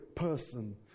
person